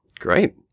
Great